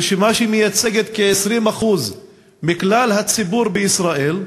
רשימה שמייצגת כ-20% מכלל הציבור בישראל.